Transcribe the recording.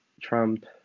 Trump